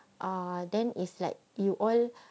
err then is like you all